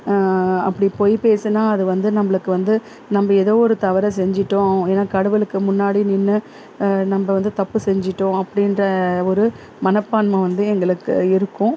அப்படி பொய் பேசினா அது வந்து நம்பளுக்கு வந்து நம்ப ஏதோ ஒரு தவறை செஞ்சுட்டோம் ஏன்னால் கடவுளுக்கு முன்னாடி நின்று நம்ப வந்து தப்பு செஞ்சுட்டோம் அப்படின்ற ஒரு மனப்பான்மை வந்து எங்களுக்கு இருக்கும்